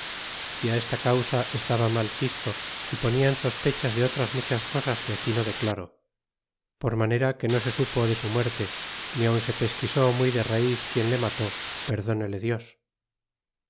é esta causa estaba mal quisto y ponían sospechas de otras muchas cosas que aquí no declaro por manera que no se supo de su muerte ni aun se pesquisó muy de raiz quien le mató perdónele dios